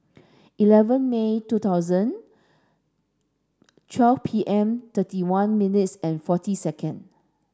eleven May two thousand twelve P M thirty one minutes and forty second